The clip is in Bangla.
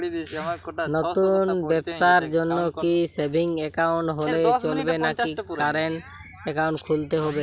নতুন ব্যবসার জন্যে কি সেভিংস একাউন্ট হলে চলবে নাকি কারেন্ট একাউন্ট খুলতে হবে?